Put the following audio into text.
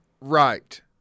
right